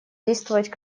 действовать